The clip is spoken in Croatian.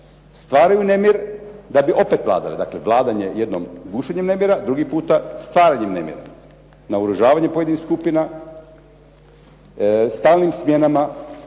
stvaraju nemir da bi opet vladali. Dakle, vladanje jednom gušenjem nemira, drugi puta stvaranjem nemira. Naoružavanje pojedinih skupina, stalnim smjenama